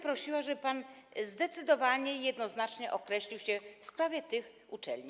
Prosiłabym, żeby pan zdecydowanie i jednoznacznie określił się w sprawie tych uczelni.